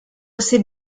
ces